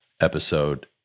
episode